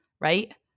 right